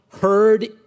heard